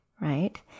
right